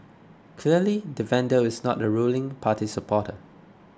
clearly the vandal is not a ruling party supporter